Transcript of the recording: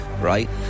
right